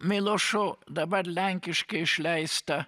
milošo dabar lenkiškai išleista